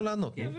אני מדבר